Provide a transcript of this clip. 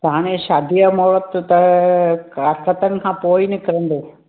पोइ हाणे शादीअ जा मुहरत त कार्तिकनि खां पोइ ई निकिरंदो